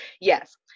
yes